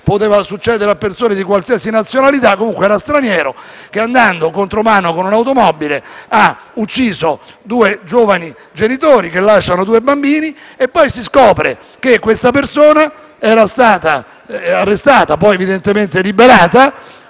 poteva succedere a persone di qualsiasi nazionalità - che, andando contromano con l'automobile, ha ucciso due giovani genitori che lasciano due bambini. E poi si scopre che questa persona era stata arrestata, poi evidentemente liberata,